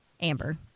Amber